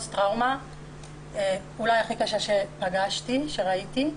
פוסט טראומה אולי הכי קשה שפגשתי וראיתי.